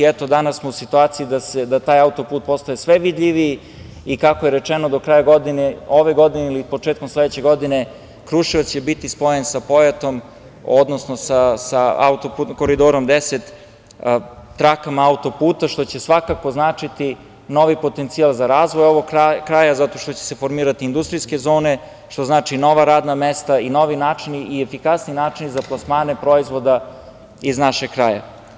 Eto danas smo u situaciji da taj autoput postane sve vidljiviji i kako je rečeno do kraja ove godine ili početkom sledeće godine Kruševac će biti spojen sa Pojatom, odnosno sa Koridorom 10, trakama autoputa, što će svakako značiti novi potencijal za razvoj ovog kraja zato što će se formirati industrijske zone, što znači nova radna mesta i novi načini i efikasni načini za plasmane proizvoda iz našeg kraja.